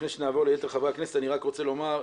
לפני שנעבור ליתר חברי הכנסת אני רק רוצה לומר,